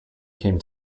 came